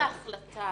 החלטה